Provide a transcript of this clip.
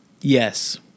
Yes